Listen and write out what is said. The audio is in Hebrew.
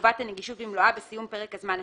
חובת הנגישות במלואה בסיום פרק הזמן השני.